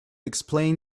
explain